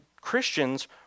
Christians